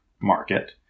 market